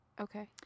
Okay